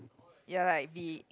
you're like be